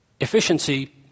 efficiency